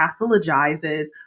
pathologizes